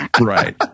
Right